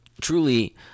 truly